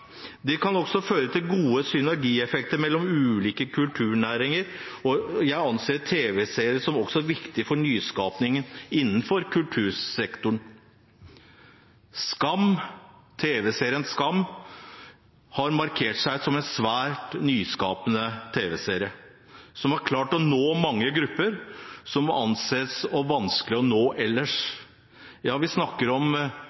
Det kan også føre til gode synergieffekter mellom ulike kulturnæringer. Jeg anser tv-serier som viktige for nyskaping innenfor kultursektoren. Tv-serien Skam har markert seg som en svært nyskapende tv-serie som har klart å nå mange grupper som ellers anses vanskelige å nå. Ja, vi snakker om